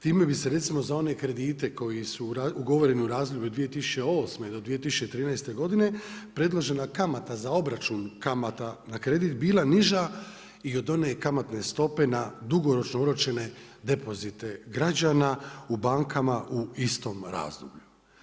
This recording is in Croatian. Time bi se recimo, za one kredite, koji su ugovoreni u razdoblju od 2008.-2013. predložena kamata za obračun kamata na kredit bila niža i od one kamatne stope, na dugoročno uročene depozite građana u bankama u istom razdoblju.